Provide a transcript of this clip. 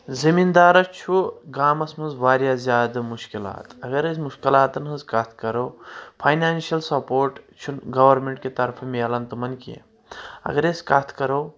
زمیٖندارس چھُ گامس منٛز واریاہ زیادٕ مُشکِلات اگر أسۍ مُشکِلاتن ہٕنٛز کتھ کرو فاینانشل سپوٹ چھُنہٕ گورمنٹ کہِ طرفہٕ مِلن تِمن کینٛہہ اگر أسۍ کتھ کرو